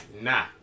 nah